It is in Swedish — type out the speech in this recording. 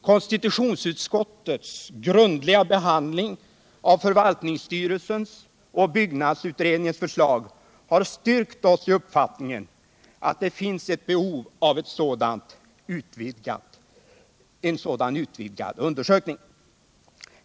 Konstitutionsutskottets grundliga behandling av förvaltningsstyrelsens och byggnadsutredningens förslag har styrkt oss i uppfattningen att det finns ett behov av en sådan utvidgad undersökning.